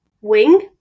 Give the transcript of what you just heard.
wing